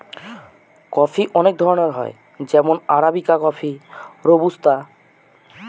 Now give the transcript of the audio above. coffee অনেক ধরনের হয় যেমন আরাবিকা কফি, রোবুস্তা